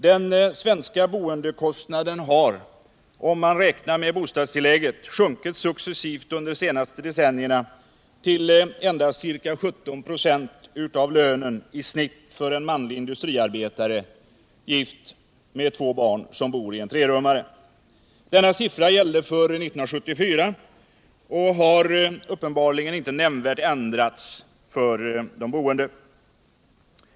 Den svenska boendekostnaden har, om man räknar med bostadstillägget, sjunkit successivt under de senaste decennierna till endast cirka 1725 av genomsnittslönen för en gift manlig industriarbetare, med 2 barn, som bor i en trerummare. Denna uppgift gällde för 1974 och förhålland2na har uppenbarligen inte nämnvärt ändrats för de boende.